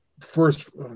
first